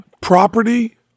Property